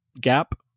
gap